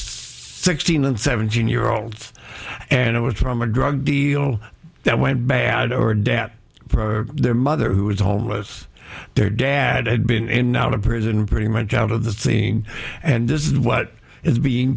thirteen and seventeen year olds and it was from a drug deal that went bad or dad probably their mother who was homeless their dad had been out of prison pretty much out of the thing and this is what is being